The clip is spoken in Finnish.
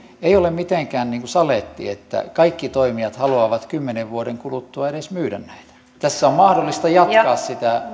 ei ole mitenkään saletti että kaikki toimijat haluavat kymmenen vuoden kuluttua edes myydä näitä tässä on mahdollista jatkaa sitä